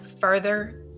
further